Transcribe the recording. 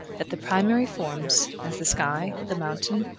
that the primary forms, as the sky, the mountain,